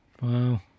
Wow